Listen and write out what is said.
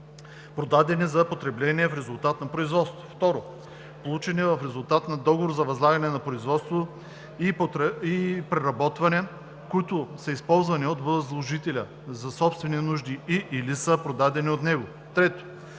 продадени за потребление в резултат на производство; 2. получени в резултат на договор за възлагане на производство и преработване, които са използвани от възложителя за собствени нужди и/или са продадени от него; 3.